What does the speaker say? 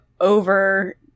over